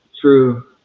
True